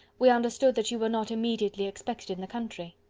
we understood that you were not immediately expected in the country.